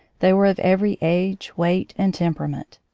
they were of every age, weight, and temperament.